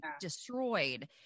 destroyed